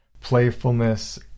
playfulness